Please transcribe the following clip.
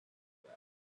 that